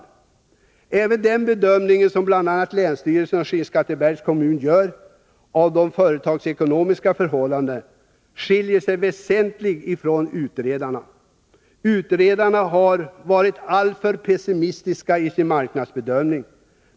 Även den bedömning som bl.a. länsstyrelsen och Skinnskattebergs kommun gör av de företagsekonomiska förhållandena skiljer sig väsentligt från utredarnas. Utredarna har varit alltför pessimistiska i sin marknadsbedömning.